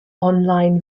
online